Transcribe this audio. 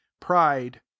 pride